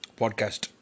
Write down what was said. podcast